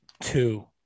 two